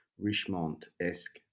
Richmond-esque